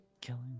Killing